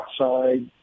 outside